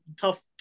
tough